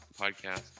podcast